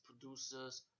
producers